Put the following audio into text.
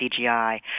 CGI